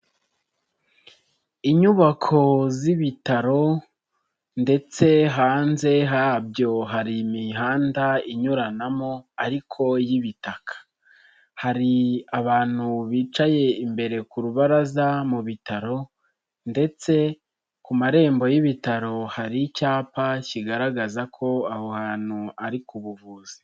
Inyubako z'ibitaro ndetse hanze habyo hari imihanda inyuranamo ariko y'ibitaka, hari abantu bicaye imbere ku rubaraza mu bitaro ndetse ku marembo y'ibitaro hari icyapa kigaragaza ko aho hantu ari ku buvuzi.